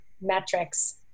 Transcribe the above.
metrics